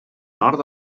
nord